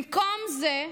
במקום זה,